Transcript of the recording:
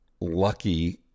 lucky